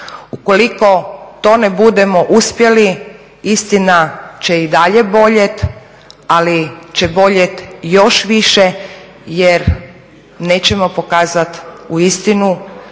Ukoliko to ne budemo uspjeli istina će i dalje boljeti, ali će boljet još više jer nećemo pokazati uistinu